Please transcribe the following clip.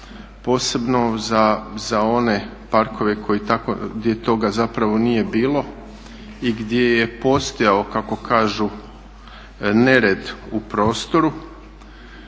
posebno za one parkove gdje toga nije bilo i gdje je postojao kako kažu nered u prostoru.